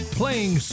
playing